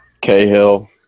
Cahill